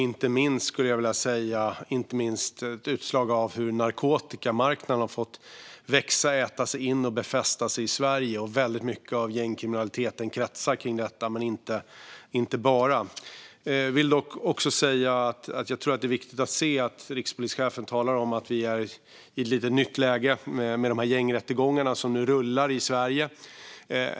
De är inte minst ett utslag av hur narkotikamarknaden har fått växa, äta sig in och befästa sig i Sverige. Mycket av gängkriminaliteten kretsar kring detta. Jag vill också säga att jag tror att det är viktigt att se att vad rikspolischefen nu talar om är att vi är i ett nytt läge med gängrättegångarna som rullar i Sverige.